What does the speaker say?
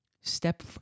step